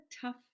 tough